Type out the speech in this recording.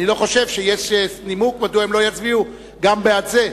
אני לא חושב שיש נימוק מדוע הם לא יצביעו גם בעד זה.